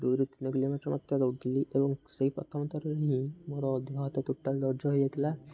ଦୁଇରେ ତିନି କିଲୋମିଟର ଦୌଉିଲି ଏବଂ ସେଇ ପ୍ରଥମ ଥରରେ ହିଁ ମୋର ଦେହ ହାତ ଟୋଟାଲ୍ ଦରଜ ହୋଇଯାଇଥିଲା